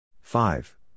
Five